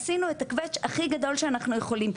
עשינו את הקווץ' הכי גדול שאנחנו יכולים,